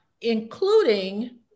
including